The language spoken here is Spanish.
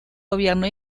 gobierno